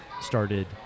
started